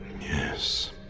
Yes